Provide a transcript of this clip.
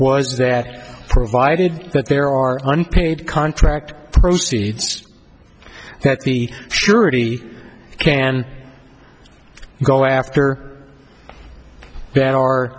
was that provided that there are unpaid contract proceeds that the surety can go after th